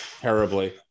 terribly